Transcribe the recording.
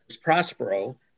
Prospero